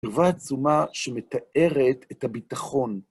קרבה עצומה שמתארת את הביטחון.